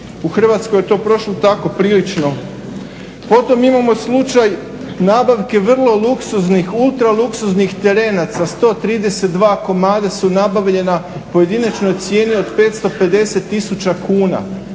U Hrvatskoj je to prošlo tako prilično. Potom imamo slučaj nabavke vrlo luksuznih, ultra luksuznih terenaca, 132 komada su nabavljena, pojedinačnoj cijeni od 550 tisuća kuna